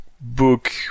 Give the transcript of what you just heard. book